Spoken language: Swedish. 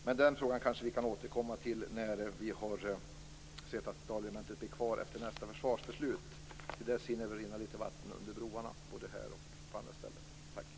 Men den frågan kan vi kanske återkomma till när vi har sett att Till dess hinner det väl rinna lite vatten under broarna både här och på andra ställen.